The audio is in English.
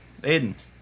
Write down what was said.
Aiden